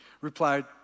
replied